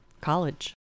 college